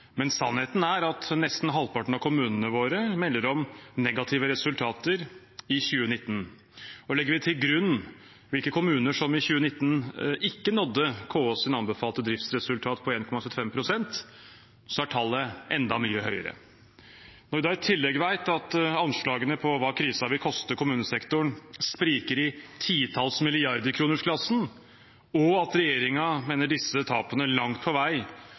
men sannheten er at nesten halvparten av kommunene våre melder om negative resultater i 2019. Og legger vi til grunn hvilke kommuner som i 2019 ikke nådde KS’ anbefalte driftsresultat på 1,75 pst., er tallet enda mye høyere. Når vi da i tillegg vet at anslagene for hva krisen vil koste kommunesektoren, spriker i titalls milliarder kroner-klassen, og at regjeringen mener disse tapene langt på vei